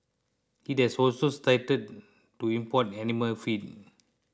it has also started to import animal feed